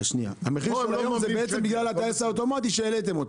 המחיר של היום זה בעצם בגלל הטייס האוטומטי שהעליתם אותו.